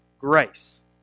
grace